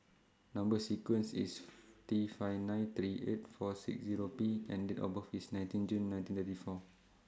Number sequence IS T five nine three eight four six Zero P and Date of birth IS nineteen June nineteen thirty four